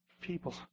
People